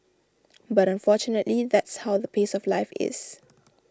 but unfortunately that's how the pace of life is